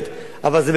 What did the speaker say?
אבל זאת באמת לא הנקודה.